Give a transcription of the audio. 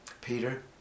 Peter